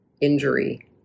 injury